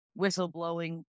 whistleblowing